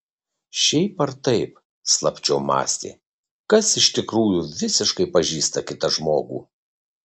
šiaip ar taip slapčiom mąstė kas iš tikrųjų visiškai pažįsta kitą žmogų